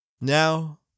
Now